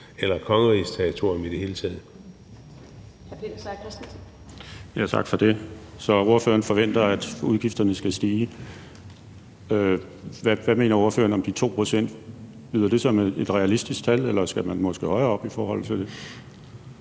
Peter Seier Christensen (NB): Tak for det. Ordføreren forventer så, at udgifterne skal stige. Hvad mener ordføreren om de 2 pct.? Lyder det som et realistisk tal, eller skal man måske højere op i forhold til det?